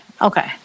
okay